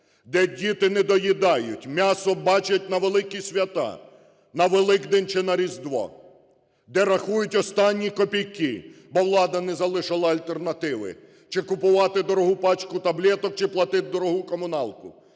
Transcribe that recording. де діти не доїдають, м'ясо бачать на великі свята, на Великдень чи на Різдво, де рахують останні копійки, бо влада не залишила альтернативи: чи купувати дорогу пачку таблеток, чи платити дорогу комуналку,